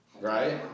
Right